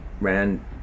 ran